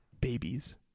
babies